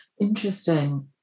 Interesting